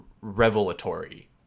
revelatory